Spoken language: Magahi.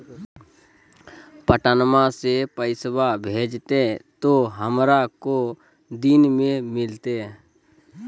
पटनमा से पैसबा भेजते तो हमारा को दिन मे मिलते?